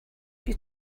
you